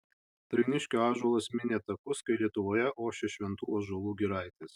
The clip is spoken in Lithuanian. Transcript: trainiškio ąžuolas minė laikus kai lietuvoje ošė šventų ąžuolų giraitės